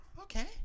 okay